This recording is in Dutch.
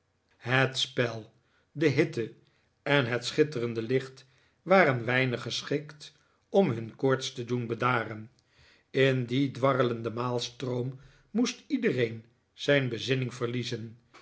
het spel de hitte en het schitterende licht waren weinig geschikt om hun koorts te doen bedaren in dien dwarrelenden maalstroom moest iedereen zijn bezinning verliezen